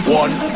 one